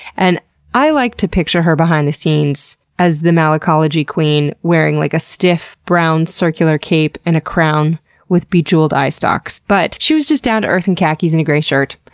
and i like to picture her behind the scenes as the malacology queen wearing like a stiff, brown, circular cape and a crown with bejeweled eyestalks, but she was just down-to-earth in khakis and a grey shirt.